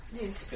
Yes